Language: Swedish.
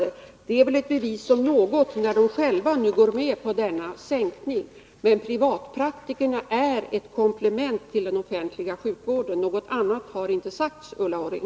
Det inträffade är väl ett bevis så gott som något på detta, när de själva nu går med på denna sänkning. Men privatpraktikerna är ett komplement till den offentliga sjukvården. Något annat har inte sagts, Ulla Orring.